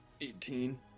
Eighteen